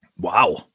Wow